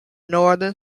northern